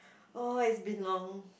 oh it's been long